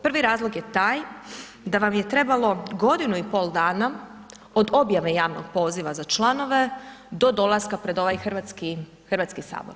Prvi razlog je taj, da vam je trebalo godinu i pol dana od objave javnog poziva za članove do dolaska pred ovaj Hrvatski sabor.